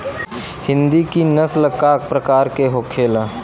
हिंदी की नस्ल का प्रकार के होखे ला?